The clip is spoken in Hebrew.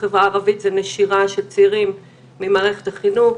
בחברה הערבית זה נשירה של צעירים ממערכת החינוך,